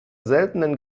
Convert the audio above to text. seltenen